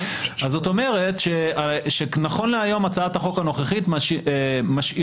זאת אומרת שנכון להיום הצעת החוק הנוכחית משאירה